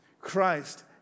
Christ